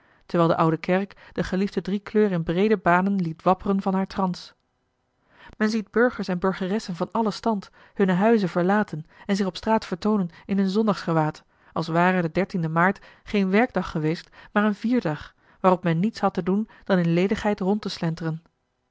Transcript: terwijl de oude kerk de geliefde driekleur in breede banen liet wapperen van haar trans men ziet burgers en burgeressen van allen stand hunne huizen verlaten en zich op straat vertoonen in hun zondagsgewaad als ware de dertiende maart geen werkdag geweest maar een vierdag waarop men niets had te doen dan in ledigheid rond te